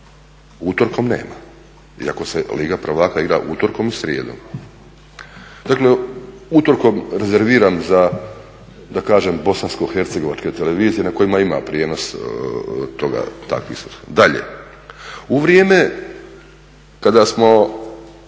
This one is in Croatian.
utorkom nema iako se Liga prvaka igra utorkom i srijedom. Dakle, utorke rezerviram da kažem za bosanskohercegovačke televizije na kojima ima prijenos takvih susreta. Dalje, u vrijeme kada smo